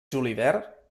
julivert